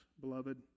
beloved